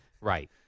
right